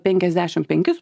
penkiasdešimt penkis